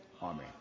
army